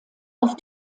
auf